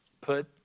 Put